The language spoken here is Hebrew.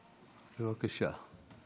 בבקשה.